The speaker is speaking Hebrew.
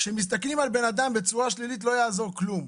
כשמסתכלים על אדם בצורה שלילית, לא יעזור כלום.